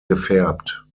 gefärbt